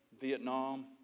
Vietnam